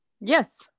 Yes